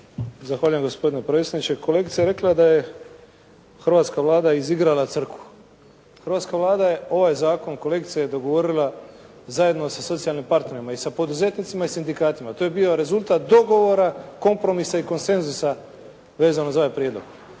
Zahvaljujem gospodine predsjedniče. Kolegica je rekla da je Hrvatska Vlada izigrala crkvu. Hrvatska Vlada je ovaj zakon, kolegice dogovorila zajedno sa socijalnim partnerima i sa poduzetnicima i sindikatima. To je bio rezultat dogovora, kompromisa i konsenzusa vezano za prijedlog.